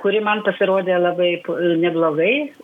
kuri man pasirodė labai neblogai